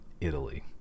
Italy